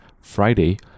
Friday